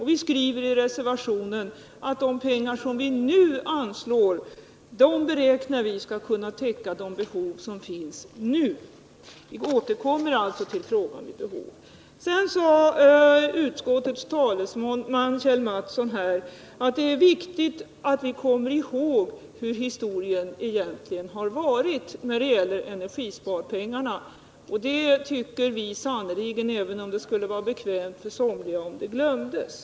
Vi skriver i reservationen att de pengar vi föreslår beräknas kunna täcka de behov som finns nu. Vi återkommer alltså till frågan vid behov. Sedan sade utskottets talesman, Kjell Mattsson, att det är viktigt att vi kommer ihåg hur historien egentligen varit när det gäller energisparpengarna. Det tycker vi sannerligen, även om det skulle vara bekvämt för somliga att historien glömdes.